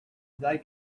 they